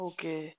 Okay